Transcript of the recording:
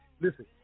Listen